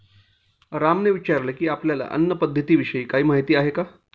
रामने विचारले की, आपल्याला अन्न पद्धतीविषयी काही माहित आहे का?